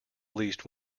least